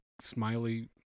smiley